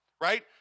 right